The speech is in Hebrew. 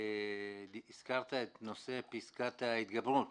הזכרת את נושא פסקת ההתגברות